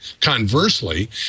Conversely